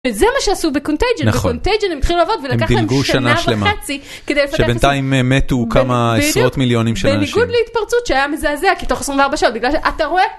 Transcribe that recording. וזה מה שעשו בקונטייג'ן, בקונטייג'ן הם התחילו לעבוד ולקח להם שנה וחצי כדי לפתח את זה. שבינתיים מתו כמה עשרות מיליונים של אנשים. בניגוד להתפרצות שהיה מזעזע, כי תוך 24 שעות, בגלל שאתה רואה...